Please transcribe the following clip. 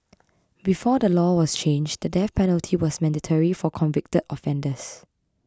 before the law was changed the death penalty was mandatory for convicted offenders